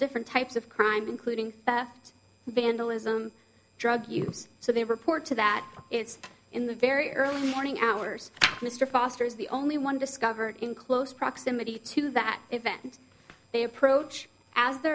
different types of crimes including vandalism drug use so they report to that it's in the very early morning hours mr foster is the only one discovered in close proximity to that event they approach as